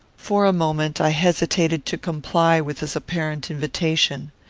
for a moment i hesitated to comply with his apparent invitation.